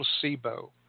placebo